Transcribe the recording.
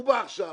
הוא בא עכשיו,